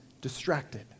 distracted